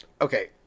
okay